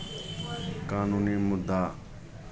कानूनी मुद्दा